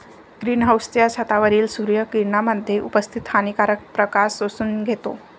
green हाउसच्या छतावरील सूर्य किरणांमध्ये उपस्थित हानिकारक प्रकाश शोषून घेतो